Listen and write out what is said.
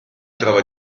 trova